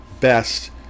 best